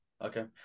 okay